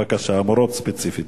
בבקשה, המורות ספציפית.